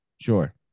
Sure